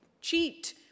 cheat